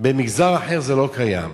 במגזר אחר זה לא קיים.